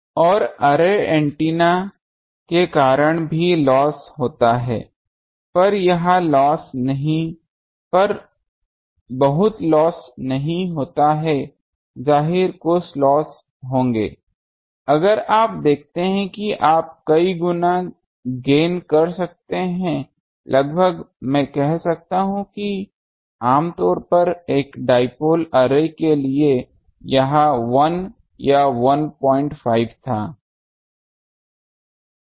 और array antenna के कारण भी लॉस होता है पर बहुत लॉस नहीं होता है जाहिर है कुछ लॉस होंगे लेकिन आप देख सकते हैं कि आप कई गुना गेन कर सकते हैं लगभग मैं कह सकता हूं कि आमतौर पर एक डाइपोल अर्रे के लिए यह 1 या 15 था